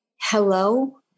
Hello